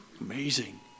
Amazing